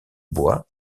bois